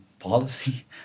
policy